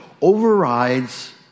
overrides